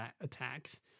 attacks